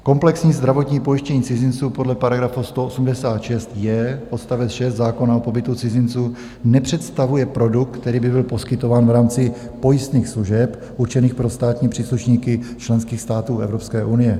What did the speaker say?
Komplexní zdravotní pojištění cizinců podle § 186j odst. 6 zákona o pobytu cizinců nepředstavuje produkt, který by byl poskytován v rámci pojistných služeb určených pro státní příslušníky členských států Evropské unie.